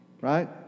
Right